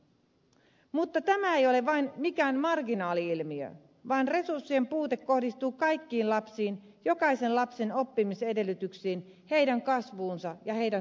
mutta tämä ei ole vain mikään marginaali ilmiö vaan resurssien puute kohdistuu kaikkiin lapsiin jokaisen lapsen oppimisedellytyksiin heidän kasvuunsa ja heidän tulevaisuuteensa